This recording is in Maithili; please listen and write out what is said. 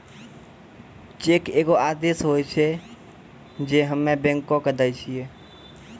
चेक एगो आदेश होय छै जे हम्मे बैंको के दै छिये